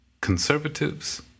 conservatives